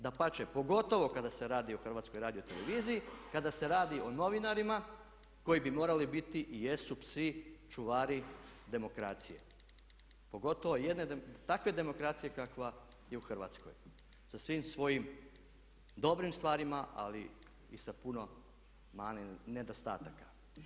Dapače, pogotovo kada se radi o HRT-u, kada se radi o novinarima koji bi morali biti i jesu psi čuvari demokracije pogotovo takve demokracije kakva je u Hrvatskoj sa svim svojim dobrim stvarima, ali i sa puno mana i nedostataka.